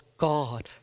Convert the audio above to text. God